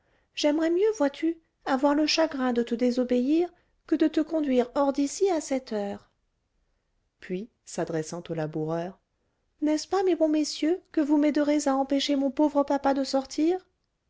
j'aimerais mieux vois-tu avoir le chagrin de te désobéir que de te conduire hors d'ici à cette heure puis s'adressant aux laboureurs n'est-ce pas mes bons messieurs que vous m'aiderez à empêcher mon pauvre papa de sortir